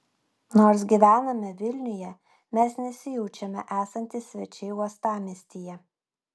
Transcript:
nors gyvename vilniuje mes nesijaučiame esantys svečiai uostamiestyje